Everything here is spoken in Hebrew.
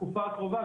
בתקופה הקרובה.